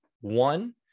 One